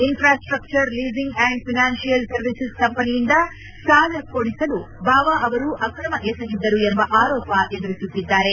infrastructure leasing and financial services ಕಂಪನಿಯಿಂದ ಸಾಲ ಕೊಡಿಸಲು ಬಾವ ಅವರು ಅಕ್ರಮ ಎಸಗಿದ್ದರು ಎಂಬ ಆರೋಪ ಎದುರಿಸುತ್ತಿದ್ದಾರೆ